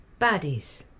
baddies